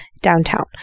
downtown